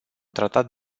tratat